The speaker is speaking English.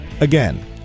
Again